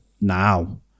now